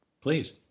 Please